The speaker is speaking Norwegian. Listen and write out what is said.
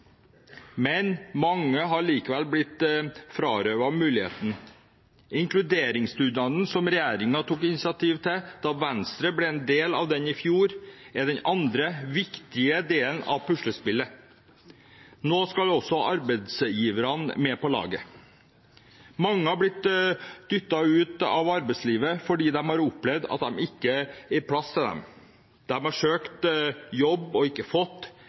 men mange har likevel blitt frarøvet muligheten. Inkluderingsdugnaden som regjeringen tok initiativ til da Venstre ble en del av regjeringen i fjor, er den andre viktige delen av puslespillet. Nå skal også arbeidsgiverne med på laget. Mange har blitt dyttet ut av arbeidslivet fordi de har opplevd at det ikke er plass til dem. De har søkt jobb og ikke fått,